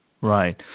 Right